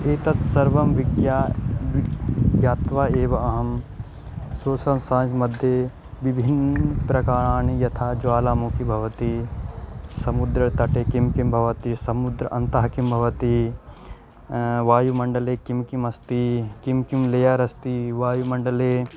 एतत् सर्वं विज्ञातं विज्ञात्वा एव अहं सोसल् सैन्स्मध्ये विभिन्न प्रकाराणि यथा ज्वालामुखी भवति समुद्रतटे किं किं भवति समुद्रस्य अन्ते किं भवति वायुमण्डले किं किम् अस्ति किं किं लेयर् अस्ति वायुमण्डले